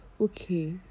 okay